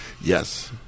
yes